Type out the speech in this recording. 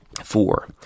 Four